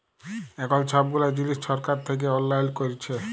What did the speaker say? এখল ছব গুলা জিলিস ছরকার থ্যাইকে অললাইল ক্যইরেছে